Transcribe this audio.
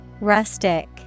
Rustic